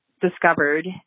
discovered